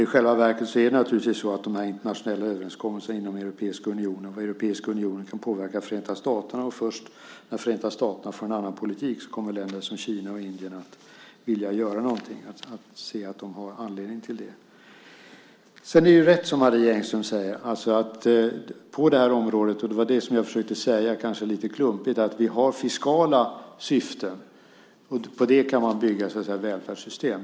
I själva verket är det naturligtvis så att de internationella överenskommelserna inom Europeiska unionen och Europeiska unionen i sig kan påverka Förenta staterna. Och först när Förenta staterna får en annan politik kommer länder som Kina och Indien att vilja göra någonting och se att de har anledning till det. Det är rätt som Marie Engström säger att på det här området - det var det jag försökte säga, kanske lite klumpigt - har vi fiskala syften och på det kan man så att säga bygga välfärdssystem.